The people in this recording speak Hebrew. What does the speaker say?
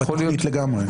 זה בתוכנית לגמרי.